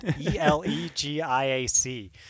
E-L-E-G-I-A-C